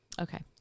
Okay